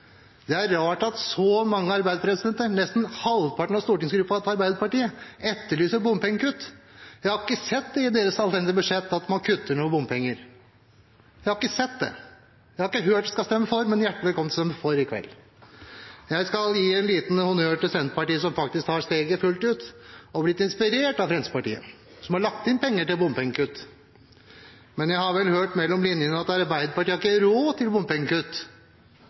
Det er rart at så mange Arbeiderparti-representanter, nesten halvparten av stortingsgruppen til Arbeiderpartiet, etterlyser bompengekutt. Jeg har ikke sett i deres alternative budsjett at man kutter noe i bompenger. Jeg har ikke sett det. Jeg har ikke hørt at man skal stemme for, men man er hjertelig velkommen til å stemme for i kveld. Jeg skal gi en liten honnør til Senterpartiet som faktisk tar steget fullt ut, som har blitt inspirert av Fremskrittspartiet, og som har lagt inn penger til bompengekutt. Men jeg har vel hørt – mellom linjene – at Arbeiderpartiet ikke har råd til bompengekutt.